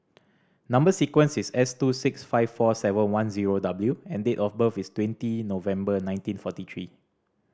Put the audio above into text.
number sequence is S two six five four seven one zero W and date of birth is twenty November nineteen forty three